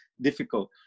difficult